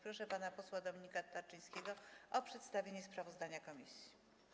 Proszę pana posła Dominika Tarczyńskiego o przedstawienie sprawozdania komisji.